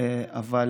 אבל